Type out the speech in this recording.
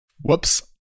whoops